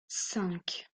cinq